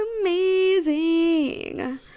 amazing